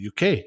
UK